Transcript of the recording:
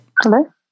Hello